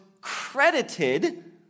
credited